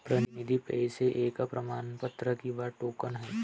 प्रतिनिधी पैसे एक प्रमाणपत्र किंवा टोकन आहे